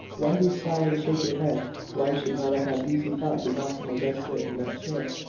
why do you sigh and shake your head? why should not i have easy thoughts as often as i sit in that chair?